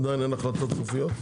עדיין אין החלטות סופיות?